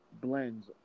blends